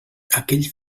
aquell